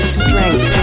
strength